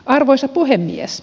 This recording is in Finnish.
arvoisa puhemies